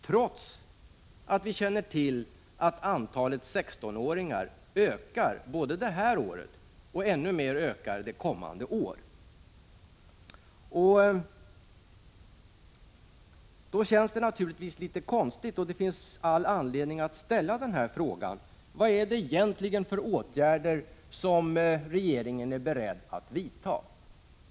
Så gör man, trots att man vet att antalet 16-åringar ökar både det här året och nästa år — och då ännu mera. Situationen upplevs som litet konstig. Det finns således all anledning att ställa frågan: Vilka åtgärder är regeringen egentligen beredd att vidta?